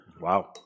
Wow